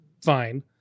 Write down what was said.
Fine